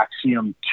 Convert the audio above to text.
Axiom